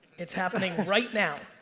it's happening right now.